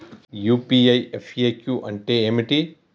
UPI FAQ అంటే ఏమిటి?